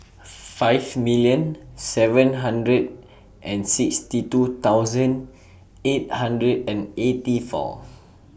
five million seven hundred and sixty two thousand eight hundred and eighty four